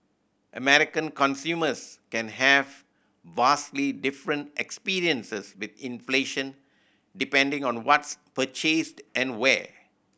American consumers can have vastly different experiences with inflation depending on what's purchased and where